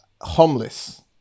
homeless